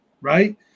right